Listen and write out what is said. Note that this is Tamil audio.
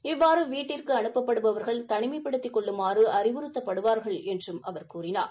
இவ்வாறு வீட்டிற்கு அனுப்பப்படுபவா்கள் தனிமைப்படுத்திக் கொள்ளுமாறு அறிவுறுத்தபப்டுவாா்கள் என்றும் அவர் கூறினார்